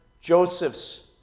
Joseph's